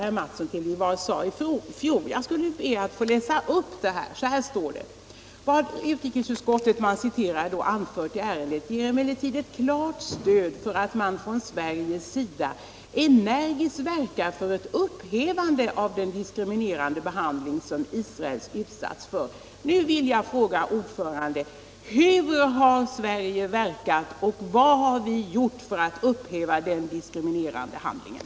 Herr Mattsson i Lane-Herrestad hänvisar till vad som sades i fjol: "Vad utrikesutskottet anfört i ärendet ger emellertid ett klart stöd för att man från Sveriges sida energiskt verkar för ett upphävande av den diskriminerande behandling som Israel utsatts för.” Nu vill jag fråga ordföranden i kulturutskottet: Hur har Sverige verkat och vad har vi gjort för att upphäva den diskriminerande handlingen?